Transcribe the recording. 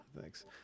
Thanks